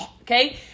okay